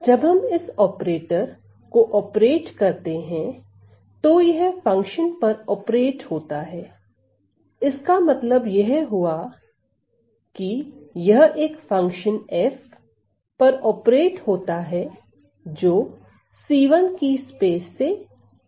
जब हम इस ऑपरेटर को ऑपरेट करते हैं तो यह फंक्शन पर ऑपरेट होता है इसका मतलब यह हुआ यह एक फंक्शन f पर ऑपरेट होता है जो c1 की स्पेस से आता है